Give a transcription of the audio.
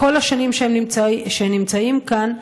בכל השנים שהם נמצאים כאן,